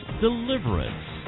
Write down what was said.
deliverance